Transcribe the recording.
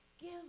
give